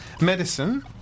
Medicine